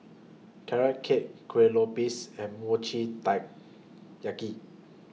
Carrot Cake Kueh Lopes and Mochi Taiyaki